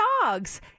dogs